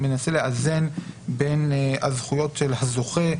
באמת מנסה לאזן בין הזכויות של הזוכה,